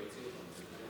ולהוציא אותם.